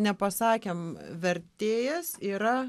nepasakėm vertėjas yra